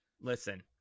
Listen